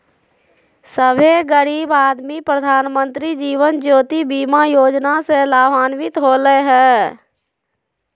सभे गरीब आदमी प्रधानमंत्री जीवन ज्योति बीमा योजना से लाभान्वित होले हें